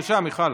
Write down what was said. בבקשה, מיכל.